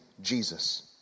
Jesus